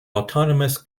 autonomous